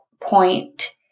point